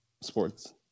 sports